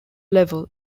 level